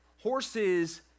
Horses